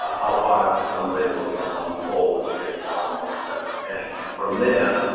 ah how far the scum layer goes up on the pole, once you hit the bottom of the septic tank. and from there,